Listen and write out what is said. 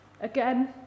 again